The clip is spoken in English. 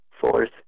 fourth